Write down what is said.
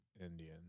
Indian